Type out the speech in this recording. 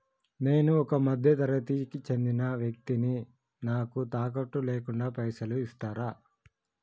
నేను ఒక మధ్య తరగతి కి చెందిన వ్యక్తిని నాకు తాకట్టు లేకుండా పైసలు ఇస్తరా?